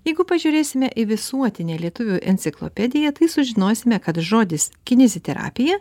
jeigu pažiūrėsime į visuotinę lietuvių enciklopediją tai sužinosime kad žodis kineziterapija